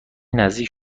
نزدیک